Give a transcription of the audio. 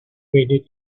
faded